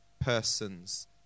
persons